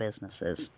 businesses